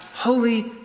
Holy